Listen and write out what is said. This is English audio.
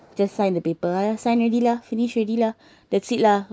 just sign the paper ah signed already lah finish already lah that's it lah